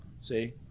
see